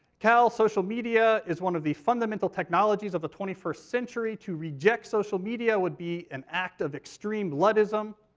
cal, social media is one of the fundamental technologies of the twenty first century. to reject social media would be an act of extreme bloodism.